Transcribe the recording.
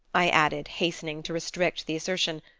i added, hastening to restrict the assertion,